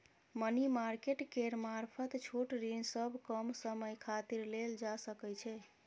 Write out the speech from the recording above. money market केर मारफत छोट ऋण सब कम समय खातिर लेल जा सकइ छै